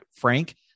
Frank